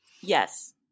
Yes